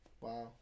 Wow